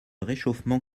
réchauffement